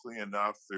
enough